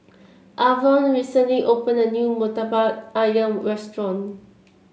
Avon recently opened a new murtabak ayam restaurant